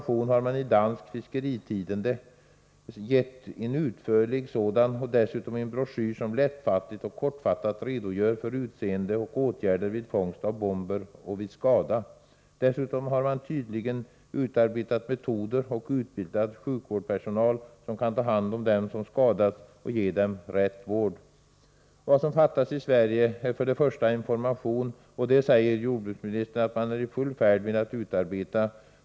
I Dansk Fiskeritidende har man gett en utförlig information. Dessutom finns en broschyr, som lättfattligt och kortfattat redogör för gasbombers utseende och åtgärder vid fångst av bomber och vid skada. Dessutom har man tydligen utarbetat metoder och utbildat sjukvårdspersonal att ta hand om dem som skadats och ge dem rätt vård. Vad som fattas i Sverige är först och främst information. Det säger jordbruksministern att man är i full färd med att utarbeta.